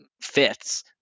fits